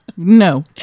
No